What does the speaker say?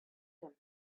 him